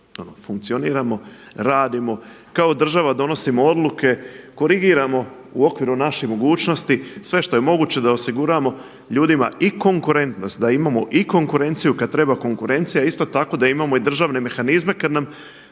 funkcioniramo, radimo, kao država donosimo odluke, korigiramo u okviru naših mogućnosti sve što je moguće da osiguramo ljudima i konkurentnost, da imamo i konkurenciju kada treba konkurencija, isto tako da imamo i državne mehanizme kada nam,